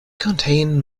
contain